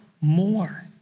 More